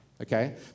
Okay